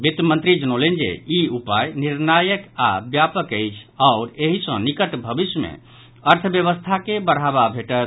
वित्त मंत्री जनौलनि जे ई उपाय निर्णायक आ व्यापक अछि आओर एहि सॅ निकट भविष्य मे अर्थव्यवस्था के बढ़ावा भेटत